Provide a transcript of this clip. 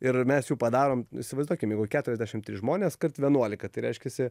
ir mes jų padarom įsivaizduokim jeigu keturiasdešim trys žmonės kart vienuolika reiškiasi